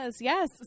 Yes